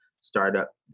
Startup